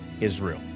Israel